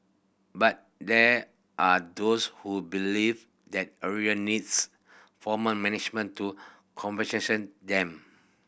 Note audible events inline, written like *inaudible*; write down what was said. but there are those who believe that area needs formal management to *unintelligible* them